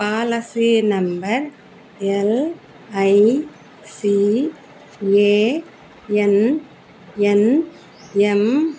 policy number LICANNM